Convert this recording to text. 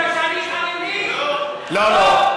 מפני שאני חרדי, לא?